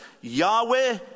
Yahweh